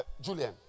Julian